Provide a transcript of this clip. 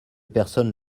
personnes